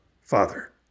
Father